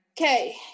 okay